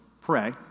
pray